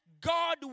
God